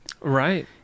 Right